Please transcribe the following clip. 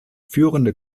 führende